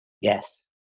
Yes